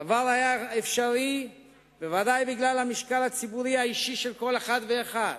הדבר היה אפשרי בוודאי בגלל המשקל הציבורי האישי של כל אחד ואחד,